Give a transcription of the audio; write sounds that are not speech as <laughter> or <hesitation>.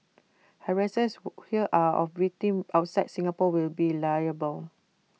harassers <hesitation> here of victims outside Singapore will be liable